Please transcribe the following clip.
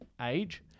age